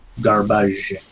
garbage